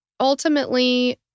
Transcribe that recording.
Ultimately